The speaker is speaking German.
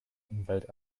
umwelt